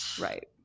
right